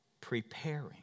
preparing